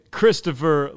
Christopher